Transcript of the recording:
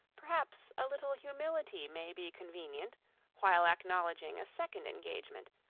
perhaps a little humility may be convenient while acknowledging a second engagement,